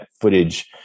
footage